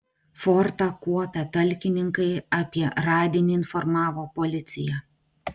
fortą kuopę talkininkai apie radinį informavo policiją